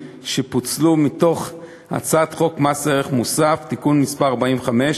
שפוצלו מהצעת חוק מס ערך מוסף (תיקון מס' 45),